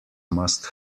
must